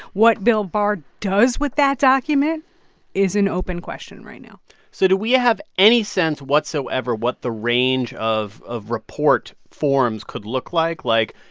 what bill barr does with that document is an open question right now so do we have any sense whatsoever what the range of of report forms could look like? like,